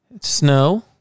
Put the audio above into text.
Snow